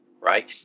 right